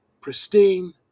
pristine